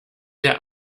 der